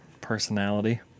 Personality